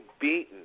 beaten